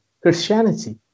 Christianity